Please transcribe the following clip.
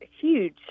huge